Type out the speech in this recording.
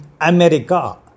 America